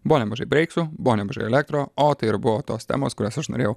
buvo nemažai breiksų buvo nemažai elektro o tai ir buvo tos temos kurias aš norėjau